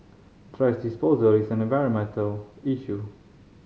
thrash disposal is an environmental issue